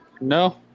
No